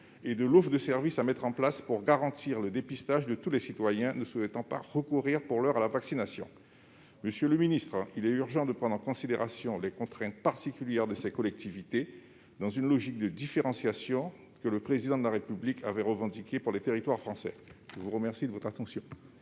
et de l'offre de services à mettre en place pour garantir le dépistage de tous les citoyens ne souhaitant pas recourir pour l'heure à la vaccination. Monsieur le secrétaire d'État, il est urgent de prendre en considération les contraintes particulières de ces collectivités, dans la logique de différenciation que le Président de la République avait revendiquée pour les territoires français. L'amendement n°